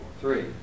three